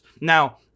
Now